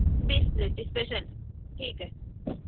بیس plate special ٹھیک ہے